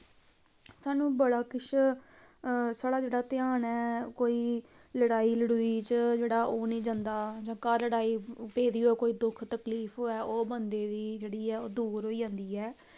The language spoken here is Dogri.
साह्नू बड़ा किश साढ़ा जेह्ड़ा ध्यान ऐ कोई लड़ाई लड़ुई च जेह्ड़ा ओ निं जंदा जां घर लड़ाई पेदी होऐ कोई दुख तकलीफ होऐ ओह् बंदे दी जेह्ड़ी ऐ ओह् दूर होई जंदी ऐ